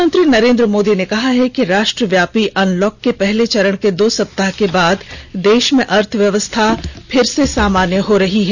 प्रधानमंत्री नरेन्द्र मोदी ने कहा है कि राष्ट्र व्यापी अनलॉक के पहले चरण के दो सप्ताह के बाद देष में अर्थव्यवस्था फिर से सामान्य हो रही है